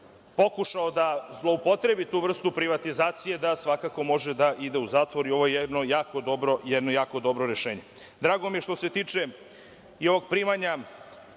pokušao da zloupotrebi tu vrstu privatizacije, da svakako može da ide u zatvor i ovo je jedno jako dobro rešenje. Što se tiče i ovog primanja